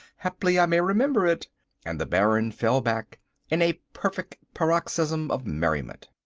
haply i may remember it and the baron fell back in a perfect paroxysm of merriment.